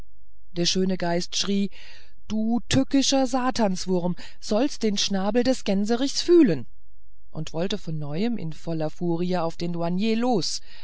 der schöne geist schrie du tückischer satanswurm sollst den schnabel des gänserichts fühlen und wollte von neuem in voller furie auf den douanier los